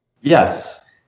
Yes